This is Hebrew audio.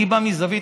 אני בא מזווית,